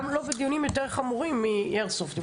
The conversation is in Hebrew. גם לא בדיונים יותר חמורים מאיירסופט.